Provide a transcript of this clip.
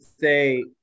say